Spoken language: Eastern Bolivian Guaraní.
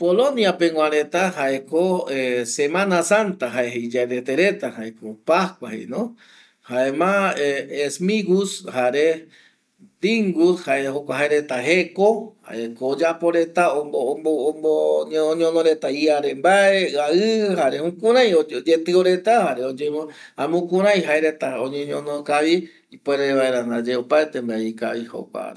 Polonia pegua reta jaeko semana santa jae iyarete reta o pascua jei va jare esmigus jare dingus jaereta jeko jaeko oyapo reta oñonoreta ia re va jare jukurei oyetio reta jamea jukurei jaereta oñeñono kavi.